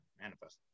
manifest